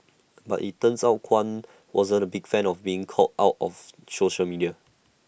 but IT turns out Kwan wasn't A big fan of being called out of social media